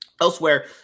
Elsewhere